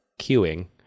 queuing